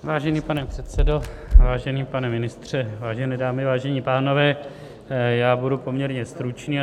Vážený pane předsedo, vážený pane ministře, vážené dámy, vážení pánové, budu poměrně stručný.